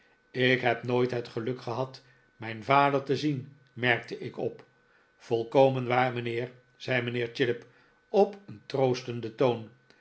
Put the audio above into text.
ik heb nooit het geluk gehad mijn vader te zien merkte ik op volkomen waar mijnheer zei mijnheer chillip op een troostenden toon